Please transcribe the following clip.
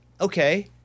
Okay